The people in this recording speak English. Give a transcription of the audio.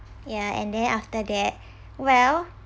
ya and then after that well